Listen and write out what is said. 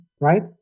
right